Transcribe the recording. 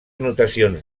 anotacions